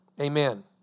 Amen